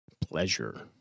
pleasure